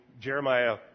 Jeremiah